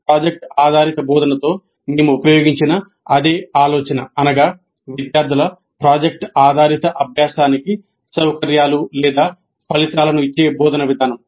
project ఆధారిత బోధనతో మేము ఉపయోగించిన అదే ఆలోచన అనగా విద్యార్థుల ప్రాజెక్ట్ ఆధారిత అభ్యాసానికి సౌకర్యాలు లేదా ఫలితాలను ఇచ్చే బోధన విధానం